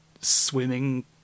swimming